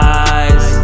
eyes